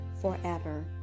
forever